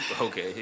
Okay